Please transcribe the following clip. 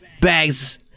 bags